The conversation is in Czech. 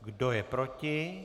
Kdo je proti?